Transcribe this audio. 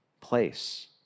place